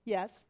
Yes